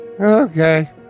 Okay